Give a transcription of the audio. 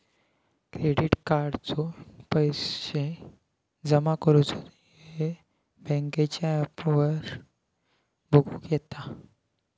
credit कार्डाचो पैशे जमा करुचो येळ बँकेच्या ॲपवर बगुक येता